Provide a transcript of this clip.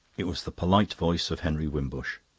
it was the polite voice of henry wimbush.